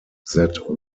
that